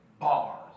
bars